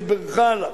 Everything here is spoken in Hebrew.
שבירכה עליו.